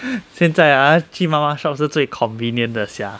现在 ah 去 mama shop 是最 convenient 的 sia